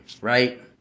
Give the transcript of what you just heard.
right